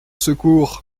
secours